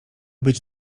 być